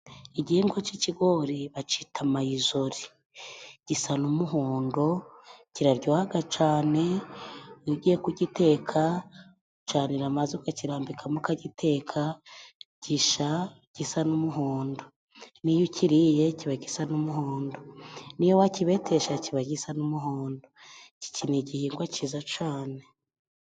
Igihingwa cy'ikigori bacyita mayizori gisa n'umuhondo kiraryoha cyane. Iyo ugiye kugiteka ucanira amazi ukakirambikamo ukagiteka gishya gisa n'umuhondo, n'iyo ukiriye kiba gisa n'umuhondo, n'iyo wakibetesha kiba gisa n'umuhondo. Iki ni igihingwa cyiza cyane.